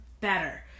better